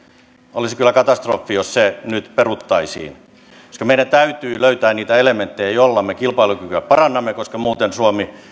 olisi kyllä katastrofi jos se nyt peruttaisiin meidän täytyy löytää niitä elementtejä joilla me kilpailukykyä parannamme koska muuten suomi